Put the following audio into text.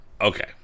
Okay